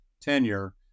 tenure